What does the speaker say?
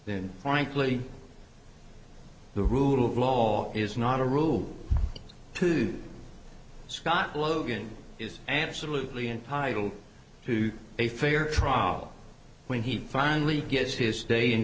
frankly the rule of law is not a rule two scott logan is absolutely entitled to a fair trial when he finally gets his day in